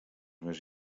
més